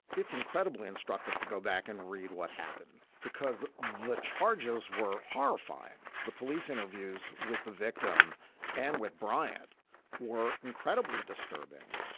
it's incredibly instructive to go back and read what happened because the charges were horrifying. the police interviews with the victim and with bryant were incredibly disturbing.